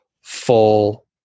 full